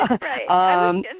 Right